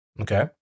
Okay